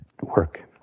work